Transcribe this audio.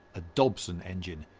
a dobson engine.